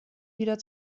wieder